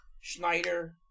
Schneider